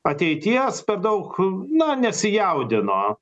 ateities per daug na nesijaudino